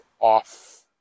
off